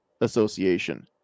Association